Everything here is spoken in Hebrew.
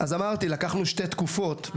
לקחנו שתי תקופות,